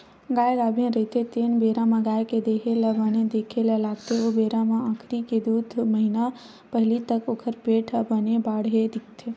गाय गाभिन रहिथे तेन बेरा म गाय के देहे ल बने देखे ल लागथे ओ बेरा म आखिरी के दू महिना पहिली तक ओखर पेट ह बने बाड़हे दिखथे